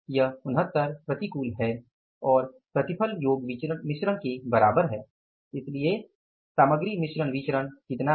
यह 69 प्रतिकूल है और प्रतिफल योग मिश्रण के बराबर है इसलिए सामग्री मिश्रण विचरण कितना है